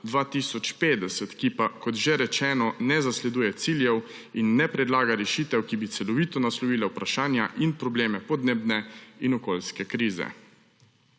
2050, ki pa, kot že rečeno, ne zasleduje ciljev in ne predlaga rešitev, ki bi celovito naslovile vprašanja in probleme podnebne in okoljske krize.